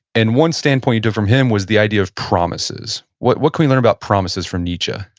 and one standpoint from him was the idea of promises. what what can we learn about promises from nietzsche?